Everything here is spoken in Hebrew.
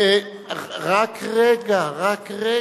האם להצביע על לחלופין?